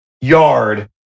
yard